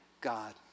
God